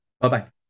Bye-bye